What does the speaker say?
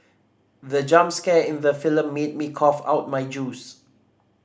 the jump scare in the film made me cough out my juice